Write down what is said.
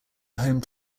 home